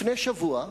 לפני שבוע,